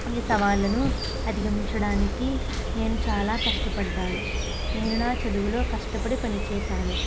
ఈ సవాళ్లను అధిగమించడానికి నేను చాలా కష్టపడ్డాను నేను నా చదువులో కష్టపడి పని చేశాను